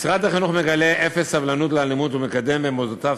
משרד החינוך מגלה אפס סובלנות לאלימות ומקדם במוסדותיו